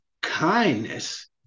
kindness